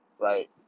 right